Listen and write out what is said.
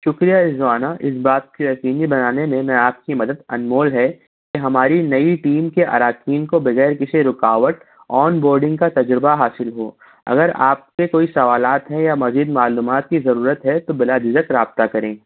شُکریہ رضوانہ اِس بات کے یقینی بنانے میں میں آپ کی مدد انمول ہے ہماری نئی ٹیم کے اراکین کو بغیر کسی رُکاوٹ آن بورڈنگ کا تجربہ حاصل ہو اگر آپ کے کوئی سوالات ہیں یا مزید معلومات کی ضرورت ہے تو بِلا جھجھک رابطہ کریں